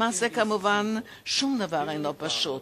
למעשה, כמובן שום דבר אינו פשוט.